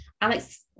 Alex